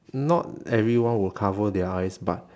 not everyone will cover their eyes but